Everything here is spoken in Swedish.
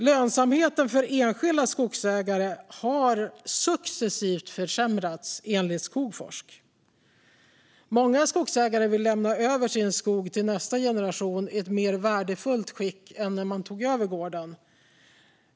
Lönsamheten för enskilda skogsägare har successivt försämrats, enligt Skogforsk. Många skogsägare vill lämna över sin skog till nästa generation i ett mer värdefullt skick än när man tog över gården.